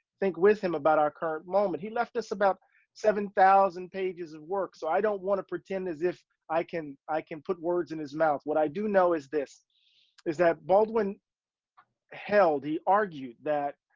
think with him about our current moment. he left us about seven thousand pages of work. so, i don't want to pretend as if i can, i can put words in his mouth. what i do know is this is that baldwin held, he argued that,